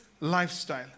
lifestyle